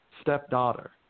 stepdaughter